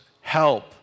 help